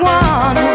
one